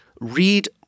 read